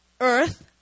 earth